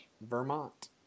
Vermont